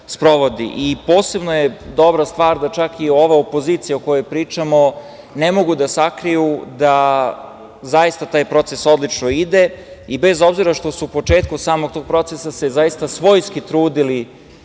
sprovodi. Posebno je dobra stvar da čak i ova opozicija o kojoj pričamo ne mogu da sakriju da zaista taj proces odlično ide. Bez obzira što su se u početku samog tog procesa zaista svojski trudili